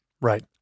Right